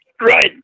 Right